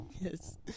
Yes